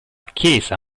chiesa